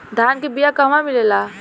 धान के बिया कहवा मिलेला?